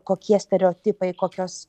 kokie stereotipai kokios